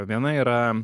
viena yra